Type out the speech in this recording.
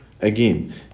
Again